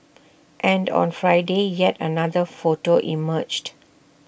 and on Friday yet another photo emerged